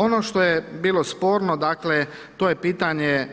Ono što je bilo sporno, dakle, to je pitanje